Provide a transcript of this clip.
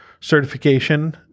Certification